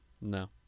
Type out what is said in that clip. No